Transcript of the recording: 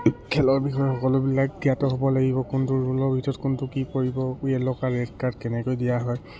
খেলৰ বিষয়ে সকলোবিলাক জ্ঞাত হ'ব লাগিব কোনটো ৰোলৰ ভিতৰত কোনটো কি কৰিব য়েলো কাৰ্ড ৰেড কাৰ্ড কেনেকৈ দিয়া হয়